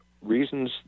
reasons